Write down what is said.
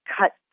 cut